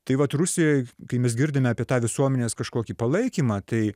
tai vat rusijoj kai mes girdime apie tą visuomenės kažkokį palaikymą tai